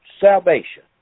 salvation